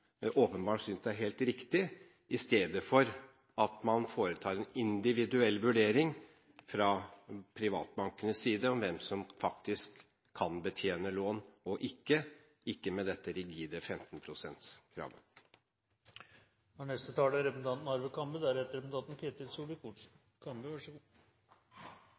åpenbart synes er helt riktig, i stedet for at man foretar en individuell vurdering fra privatbankenes side om hvem som faktisk kan betjene lån og ikke, og ikke med dette rigide 15 prosentkravet. Bare først til representanten Micaelsen. Det er